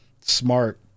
smart